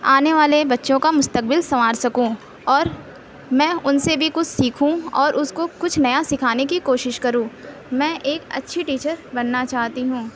آنے والے بچوں کا مستقبل سنوار سکوں اور میں اُن سے بھی کچھ سیکھوں اور اُس کو کچھ نیا سکھانے کی کوشش کروں میں ایک اچھی ٹیچر بننا چاہتی ہوں